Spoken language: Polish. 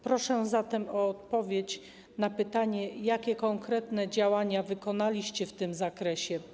Proszę zatem o odpowiedź na pytanie: Jakie konkretne działania wykonaliście w tym zakresie?